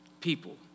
people